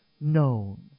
known